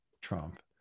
Trump